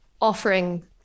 offering